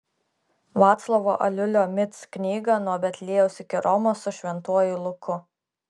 vaclovo aliulio mic knygą nuo betliejaus iki romos su šventuoju luku